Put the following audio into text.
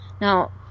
Now